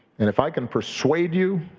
and if i can persuade you